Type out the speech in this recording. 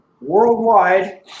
worldwide